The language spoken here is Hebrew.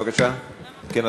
כן,